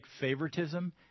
favoritism